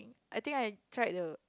I think I tried the